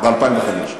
ו-2005,